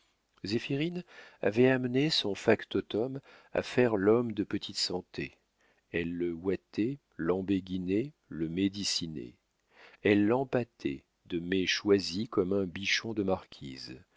zéphirine avait amené son factotum à faire l'homme de petite santé elle le ouatait l'embéguinait le médicinait elle l'empâtait de mets choisis comme un bichon de marquise